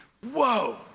Whoa